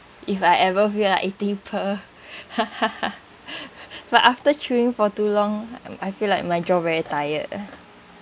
if I ever feel like eating pearl but after chewing for too long I I feel like my jaw very tired